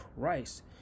Christ